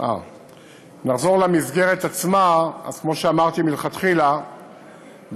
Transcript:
וכמו שאמרתי מלכתחילה,